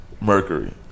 Mercury